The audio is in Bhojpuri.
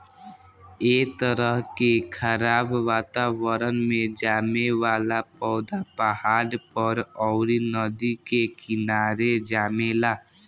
ए तरह के खराब वातावरण में जामे वाला पौधा पहाड़ पर, अउरी नदी के किनारे जामेला